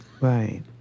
Right